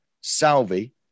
Salvi